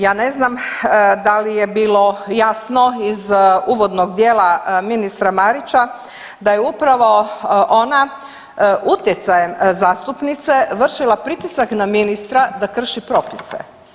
Ja ne znam da li je bilo jasno iz uvodnog dijela ministra Marića da je upravo ona utjecajem zastupnice vršila pritisak na ministra da krši propise.